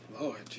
Lord